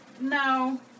No